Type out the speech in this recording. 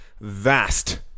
Vast